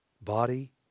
body